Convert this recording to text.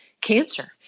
cancer